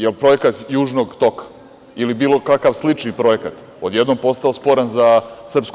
Jel projekat Južnog toka ili bilo kakav sličan projekat odjednom postao sporan za SRS?